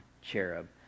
cherub